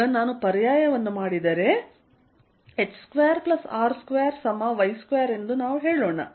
ಈಗ ನಾನು ಪರ್ಯಾಯವನ್ನು ಮಾಡಿದರೆ h2r2y2 ಎಂದು ನಾವು ಹೇಳೋಣ